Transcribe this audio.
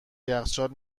یخچال